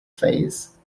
phase